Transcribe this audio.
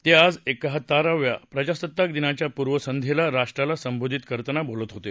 ते आज एकाहत्तराव्या प्रजासत्ताक दिनाच्या पूर्वसंध्येला राष्ट्राला संबोधित करताना बोलत होते